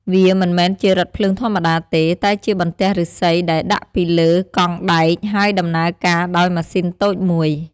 វាមិនមែនជារថភ្លើងធម្មតាទេ តែជាបន្ទះឫស្សីដែលដាក់ពីលើកង់ដែក ហើយដំណើរការដោយម៉ាស៊ីនតូចមួយ។